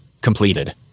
completed